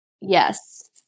yes